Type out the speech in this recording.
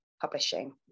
publishing